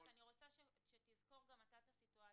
אני רק רוצה שתזכור גם אתה את הסיטואציה.